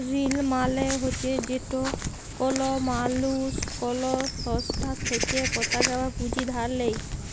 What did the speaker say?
ঋল মালে হছে যেট কল মালুস কল সংস্থার থ্যাইকে পতাকা বা পুঁজি ধার লেই